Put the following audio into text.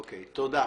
תודה.